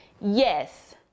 Yes